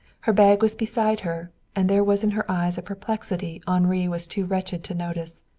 her bag was beside her, and there was in her eyes a perplexity henri was too wretched to notice.